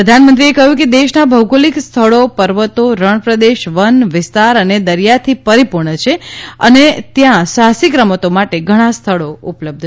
પ્રધાનમંત્રી કહ્યું કે દેશના ભૌગોલિક સ્થળો પર્વતો રણ પ્રદેશ વન વિસ્તાર અને દરિયાથી પરિપૂર્ણ છે અને ત્યાં સાહ્રસિક રમતો માટે ઘણા સ્થળો ઉપલબ્ધ છે